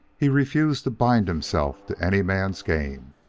he refused to bind himself to any man's game.